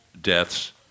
deaths